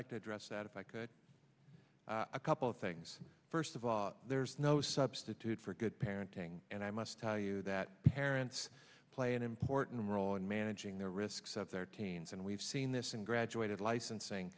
like to address that if i could a couple of things first of all there's no substitute for good parenting and i must tell you that parents play an important role in managing the risks of their teens and we've seen this in graduated licensing